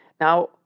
now